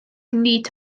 nid